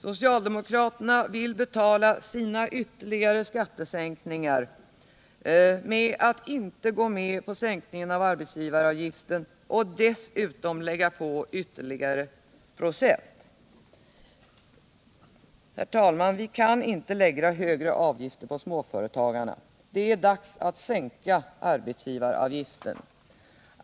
Socialdemokraterna vill betala sina ytterligare skatte Den ekonomiska sänkningar genom att inte gå med på sänkningen av arbetsgivaravgiften = politiken m.m. och dessutom lägga på ytterligare procent. Herr talman! Vi kan inte lägga högre avgifter på småföretagarna. Det är dags att sänka arbetsgivaravgiften.